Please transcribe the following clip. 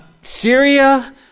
Syria